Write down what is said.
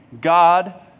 God